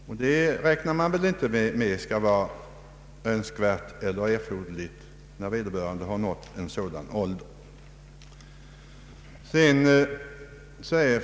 Det bör varken vara önskvärt eller erforderligt, när vederbörande nått en sådan ålder.